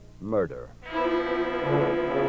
murder